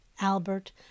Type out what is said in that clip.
Albert